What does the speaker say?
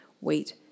Wait